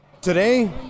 Today